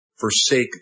forsake